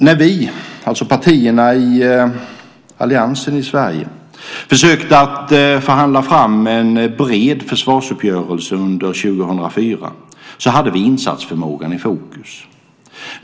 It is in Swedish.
När vi, partierna i alliansen, försökte förhandla fram en bred försvarsuppgörelse under 2004 hade vi insatsförmågan i fokus.